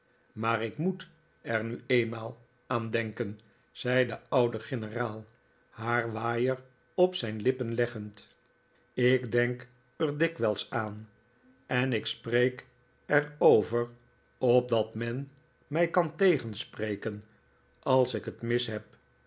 maar ik moet er nu eenmaal aan denken zei de oude generaal haar waaier op zijn lippen leggend ik denk er dikwijls aan en ik spreek er over opdat men mij kan tegenspreken als ik het mis heb